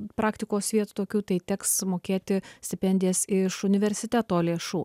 praktikos vietų tokių tai teks mokėti stipendijas iš universiteto lėšų